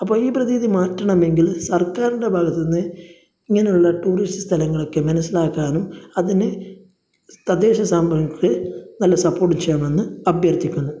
അപ്പോൾ ഈ പ്രതീതി മാറ്റണമെങ്കിൽ സർക്കാറിൻ്റെ ഭാഗത്ത് നിന്ന് ഇങ്ങനെയുള്ള ടൂറിസ്റ്റ് സ്ഥലങ്ങളൊക്കെ മനസ്സിലാക്കാനും അതിന് തദ്ദേശ സംരഭങ്ങൾക്ക് നല്ല സപ്പോർട്ട് ചെയ്യണമെന്ന് അഭ്യർത്ഥിക്കുന്നു